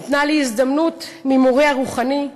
ניתנה לי הזדמנות ממורי הרוחני,